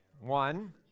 One